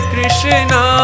Krishna